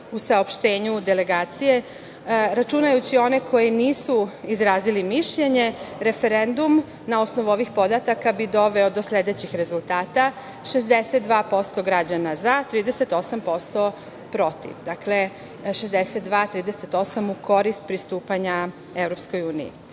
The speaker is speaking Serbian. u saopštenju delegacije, računajući one koji nisu izrazili mišljenje, referendum na osnovu ovih podataka bi doveo do sledećih rezultata: 62% građana za, 38% protiv. Dakle 62:38 u korist pristupanja EU.